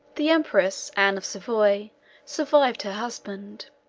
the empress anne of savoy survived her husband